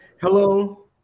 Hello